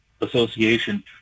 association